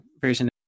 version